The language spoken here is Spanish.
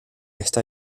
esta